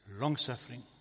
long-suffering